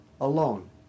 alone